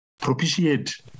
propitiate